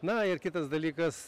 na ir kitas dalykas